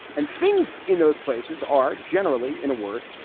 and things in those places are generally, in a word,